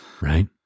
Right